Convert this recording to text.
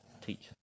teach